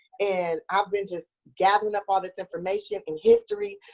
and i've been just gathering up all this information and history.